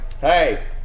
hey